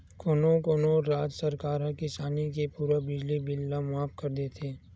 कोनो कोनो राज सरकार ह किसानी के पूरा बिजली बिल ल माफ कर देथे